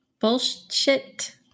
Bullshit